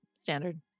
standard